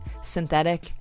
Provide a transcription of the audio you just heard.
Synthetic